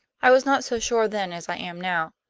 i was not so sure then as i am now.